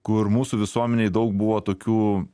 kur mūsų visuomenėj daug buvo tokių